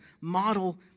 model